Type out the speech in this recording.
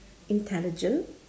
intelligent